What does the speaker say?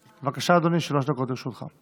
בבקשה, אדוני, שלוש דקות לרשותך.